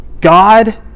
God